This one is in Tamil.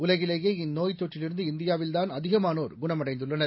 உலகிலேயே இந்நோய்த் தொற்றிலிருந்து இந்தியாவில்தான் அதிகமானோர் குணமடைந்துள்ளனர்